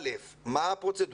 א', מה הפרוצדורה?